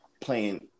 playing